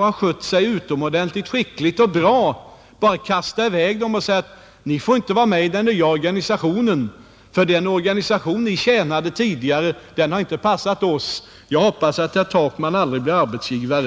har skött sig utomordentligt skickligt och bra, skall man väl inte vid en omorganisation bara kasta i väg dem och säga att ni inte får vara med i den nya organisationen därför att den organisation ni tidigare tjänade inte passade oss. Jag hoppas att herr Takman aldrig blir arbetsgivare.